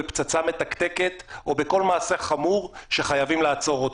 בפצצה מתקתקת או בכל מעשה חמור שחייבים לעצור אותו,